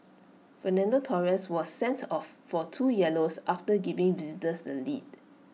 Fernando Torres was sent off for two yellows after giving visitors the lead